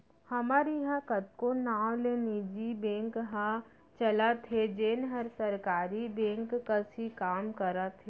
हमर इहॉं कतको नांव ले निजी बेंक ह चलत हे जेन हर सरकारी बेंक कस ही काम करत हे